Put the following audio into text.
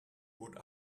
would